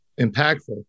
impactful